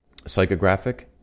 psychographic